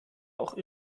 auch